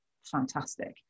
fantastic